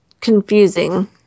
confusing